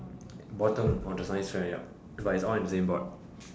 bottom of the science fair up but is all on the same board